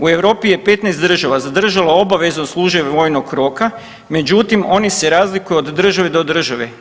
U Europi je 15 država zadržalo obavezu služenja vojnog roka, međutim oni se razlikuju od države do države.